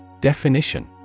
Definition